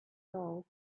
gold